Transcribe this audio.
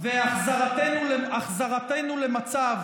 והחזרתנו למצב